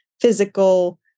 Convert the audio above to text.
physical